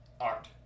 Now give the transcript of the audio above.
art